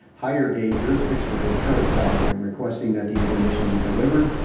higher date years of experience, current salary. i'm requesting that the information be delivered,